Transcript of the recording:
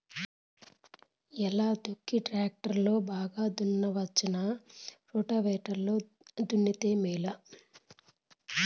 ఎలా దుక్కి టాక్టర్ లో బాగా దున్నవచ్చునా రోటివేటర్ లో దున్నితే మేలా?